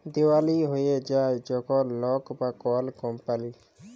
দেউলিয়া হঁয়ে যায় যখল লক বা কল কম্পালি